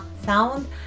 sound